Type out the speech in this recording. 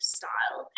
style